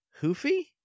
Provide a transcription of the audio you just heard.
Hoofy